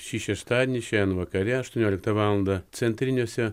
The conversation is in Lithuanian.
šį šeštadienį šiandien vakare aštuonioliktą valandą centriniuose